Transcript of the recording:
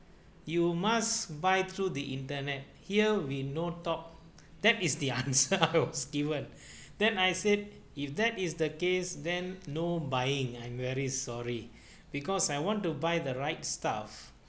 you must buy through the internet here we no talk that is the answer I was given then I said if that is the case then no buying I'm very sorry because I want to buy the right stuff